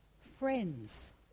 Friends